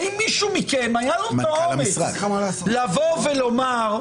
האם מישהו מכם היה לו את האומץ לבוא ולומר: